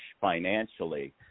financially